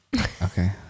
Okay